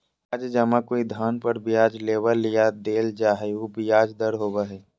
ब्याज जमा कोई धन पर ब्याज लेबल या देल जा हइ उ ब्याज दर होबो हइ